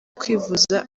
kwivuza